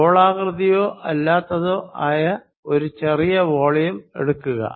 ഗോളാകൃതിയോ അല്ലാത്തതോ ആയ ഒരു ചെറിയ വോളിയം എടുക്കുക